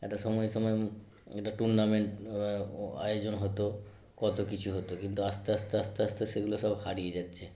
একটা সময় সময় একটা টুর্নামেন্ট আয়োজন হতো কত কিছু হতো কিন্তু আস্তে আস্তে আস্তে আস্তে সেগুলো সব হারিয়ে যাচ্ছে